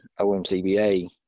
OMCBA